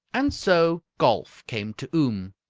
and so golf came to oom,